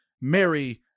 Mary